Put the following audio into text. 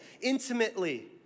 intimately